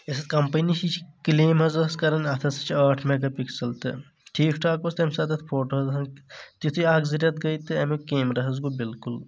یۄس اتھ کمپنی چھِ یہِ چھِ کلیم حظ ٲس کران اتھ حٕظ چھِ ٲٹھ میگا پِکسل تہٕ ٹھیٖک ٹھاکھ اوس تمہِ ساتہٕ اتھ فوٹو وتھن یِتُھے اکھ زٕ رٮ۪تھ گٔیے تہٕ امیُک کیمرا حظ گوٚو بالکُل